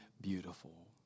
beautiful